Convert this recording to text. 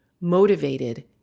motivated